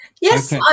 Yes